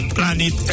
Planet